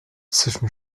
zwischen